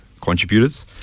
contributors